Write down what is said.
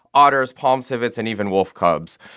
otters, palm civets and even wolf cubs.